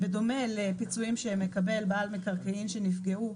בדומה לפיצויים שמקבל בעל מקרקעין שנפגעו